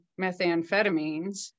methamphetamines